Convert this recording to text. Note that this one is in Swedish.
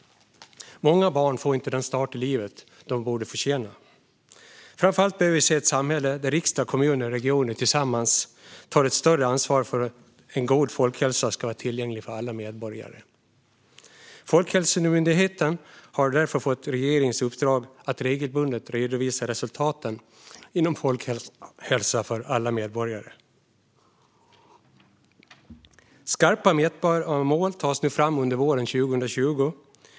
Många barn får inte den start i livet som de förtjänar. Framför allt behöver vi se ett samhälle där riksdag, kommuner och regioner tillsammans tar ett större ansvar för att god folkhälsa ska vara tillgänglig för alla medborgare. Folkhälsomyndigheten har därför fått regeringens uppdrag att regelbundet redovisa resultatet när det gäller folkhälsa för alla medborgare. Skarpa, mätbara mål tas nu fram under våren 2020.